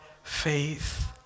faith